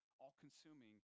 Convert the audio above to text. all-consuming